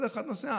כל אחד נוסע.